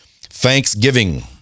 thanksgiving